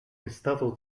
estado